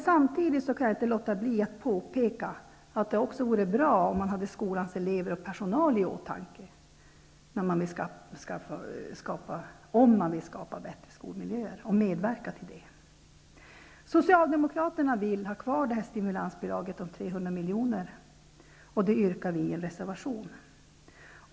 Samtidigt kan jag inte låta bli att påpeka att det vore bra om man också hade skolans elever och personal i åtanke om man vill medverka till att skapa bättre skolmiljöer. Socialdemokraterna vill ha kvar stimulansbidraget om 300 miljoner. Det yrkandet framför vi i en reservation.